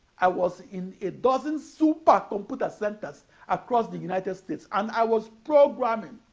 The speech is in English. i was in a dozen supercomputer centers across the united states and i was programming